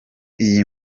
iyi